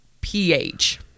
pH